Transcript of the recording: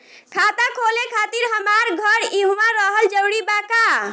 खाता खोले खातिर हमार घर इहवा रहल जरूरी बा का?